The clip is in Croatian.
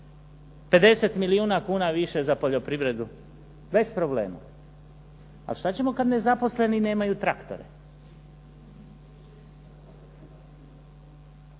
250 milijuna kuna više za poljoprivredu bez problema. A što ćemo kad nezaposleni nemaju traktore?